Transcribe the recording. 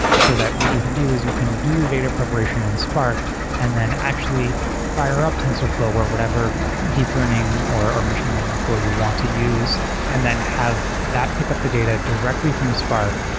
so that what you can do is you can do your data preparation in spark and then actually fire up tensorflow or whatever deep learning or machine learning tool you want to use and then have that pick up the data directly from spark,